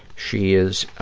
she is